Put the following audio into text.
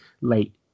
late